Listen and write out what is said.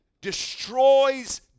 destroys